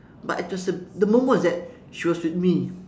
but it was a the moment was that she was with me